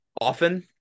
often